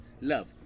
love